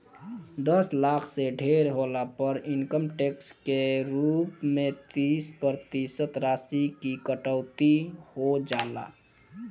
दस लाख से ढेर होला पर इनकम टैक्स के रूप में तीस प्रतिशत राशि की कटौती हो जाला